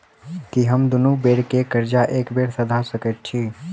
की हम दुनू बेर केँ कर्जा एके बेर सधा सकैत छी?